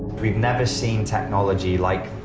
we've never seen technology like